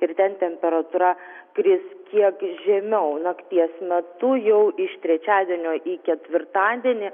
ir ten temperatūra kris kiek žemiau nakties metu jau iš trečiadienio į ketvirtadienį